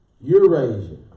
Eurasia